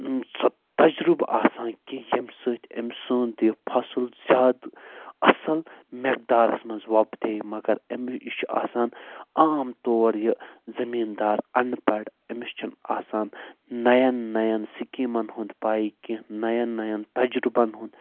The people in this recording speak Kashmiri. سۄ تجرُبہٕ آسان کیٚنہہ ییٚمہٕ سۭتۍ امہِ سُند یہِ فصل زیادٕ اصل مٮ۪قدارس منٛز وۄپدے مگر امہِ یہِ چھُ آسان عام طور یہِ زٔمیٖندار اَنہٕ پڈ أمِس چھنہٕ آسان نَایٚن نایٚن سکیٖمن ہُند پاے کیٚنہہ نایٚن نایٚن تجرُبن ہُند